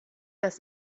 das